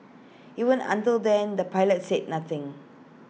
even until then the pilots said nothing